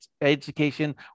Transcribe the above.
Education